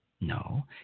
no